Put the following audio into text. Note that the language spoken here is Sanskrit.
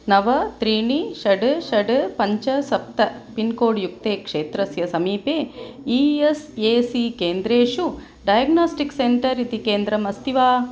नव त्रीणि षड् षड् पञ्च सप्त पिन्कोड्युक्ते क्षेत्रस्य समीपे ई एस् ए सी केन्द्रेषु डायग्नास्टिक्स् सेण्टर् इति केन्द्रम् अस्ति वा